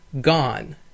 Gone